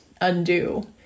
undo